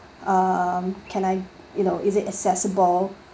um can I you know is it accessible